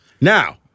Now